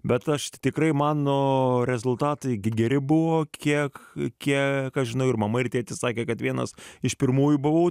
bet aš tikrai mano rezultatai geri buvo kiek kiek aš žinau ir mama ir tėtis sakė kad vienas iš pirmųjų buvau